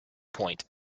point